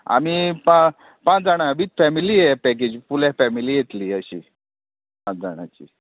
आमी पां पांच जाणां वीथ फॅमिली पॅकेज फुलां फॅमिली येतली अशी पांच जाणाची